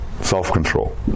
self-control